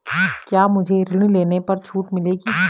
क्या मुझे ऋण लेने पर छूट मिलेगी?